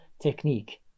technique